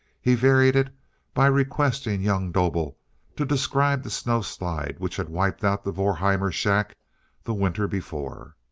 he varied it by requesting young dobel to describe the snowslide which had wiped out the vorheimer shack the winter before.